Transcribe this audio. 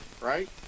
right